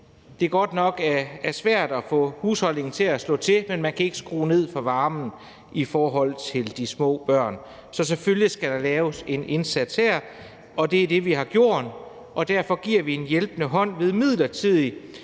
at det godt nok er svært at få husholdningen til at hænge sammen, men at man ikke kan skrue ned for varmen af hensyn til de små børn. Så selvfølgelig skal der laves en indsats her, og det er det, vi har gjort, og derfor giver vi en hjælpende hånd ved midlertidigt